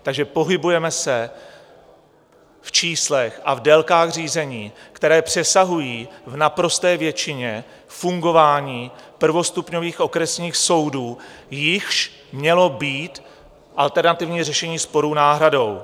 Takže pohybujeme se v číslech a délkách řízení, které přesahují v naprosté většině fungování prvostupňových okresních soudů, jichž mělo být alternativní řešení sporů náhradou.